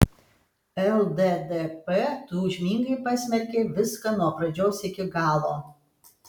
lddp tūžmingai pasmerkė viską nuo pradžios iki galo